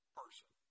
person